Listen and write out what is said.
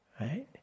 right